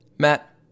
Matt